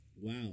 wow